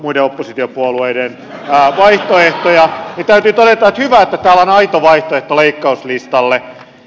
muiden oppositiopuolueiden vaihtoehtoja täytyy todeta että hyvä että täällä on aito vaihtoehto leikkauslistalle